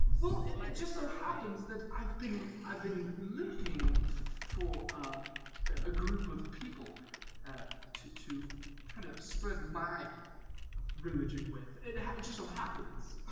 well it it just so happens that i've been i've been looking for um a group of people ah to to try to spread my religion with it just so happens